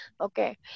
okay